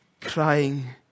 crying